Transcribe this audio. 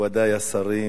מכובדי השרים,